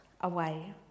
away